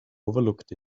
overlooked